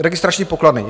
Registrační pokladny.